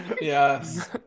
yes